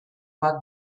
bat